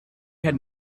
had